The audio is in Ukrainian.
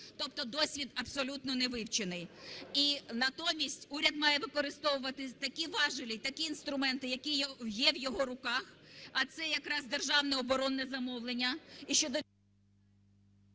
Тобто досвід абсолютно не вивчений. Натомість уряд має використовувати такі важелі і такі інструменти, які є в його руках, а це якраз державне оборонне замовлення.